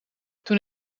toen